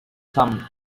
some